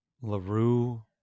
Larue